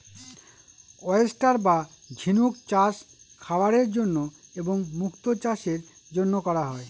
oyster বা ঝিনুক চাষ খাবারের জন্য এবং মুক্তো চাষের জন্য করা হয়